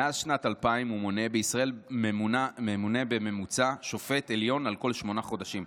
מאז שנת 2000 ממונה בישראל בממוצע שופט עליון בכל שמונה חודשים.